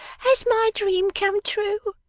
has my dream come true?